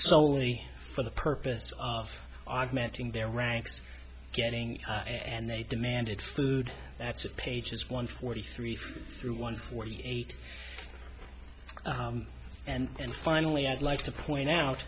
solely for the purpose of augmentin their ranks getting and they demanded food that's pages one forty three through one forty eight and finally i'd like to point out